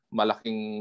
malaking